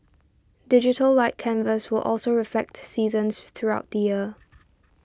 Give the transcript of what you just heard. Digital Light Canvas will also reflect seasons throughout the year